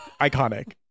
iconic